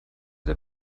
der